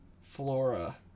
Flora